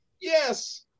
Yes